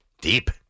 Deep